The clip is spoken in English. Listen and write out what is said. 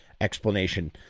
explanation